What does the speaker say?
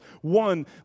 One